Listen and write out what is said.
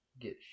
get